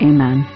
Amen